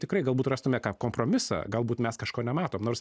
tikrai galbūt rastume ką kompromisą galbūt mes kažko nematom nors